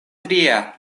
tria